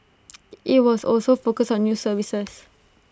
IT was also focus on new services